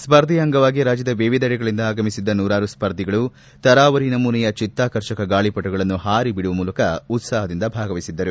ಸ್ಪರ್ಧೆಯ ಅಂಗವಾಗಿ ರಾಜ್ಯದ ವಿವಿಧೆಡೆಗಳಿಂದ ಆಗಮಿಸಿದ್ದ ನೂರಾರು ಸ್ಪರ್ಧಿಗಳು ತರಾವರಿ ನಮೂನೆಯ ಚಿತ್ತಾಕರ್ಷಕ ಗಾಳಪಟಗಳನ್ನು ಹಾರಿ ಬಿಡುವ ಮೂಲಕ ಉತ್ಪಾಹದಿಂದ ಭಾಗವಹಿಸಿದ್ದರು